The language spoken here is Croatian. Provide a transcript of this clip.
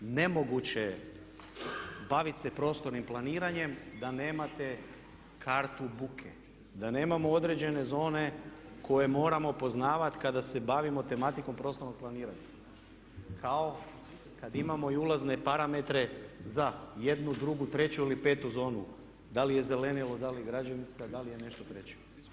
Nemoguće je bavit se prostornim planiranjem, da nemate kartu buke, da nemamo određene zone koje moramo poznavati kada se bavimo tematikom prostornog planiranja kao kad imamo i ulazne parametre za jednu, drugu, treću ili petu zonu da li je zelenilo, da li građevinska, da li je nešto treće.